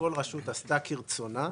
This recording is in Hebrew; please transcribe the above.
שכל רשות עשתה כרצונה,